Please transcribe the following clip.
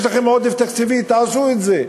יש לכם עודף תקציבי, תעשו את זה.